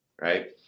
right